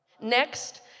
Next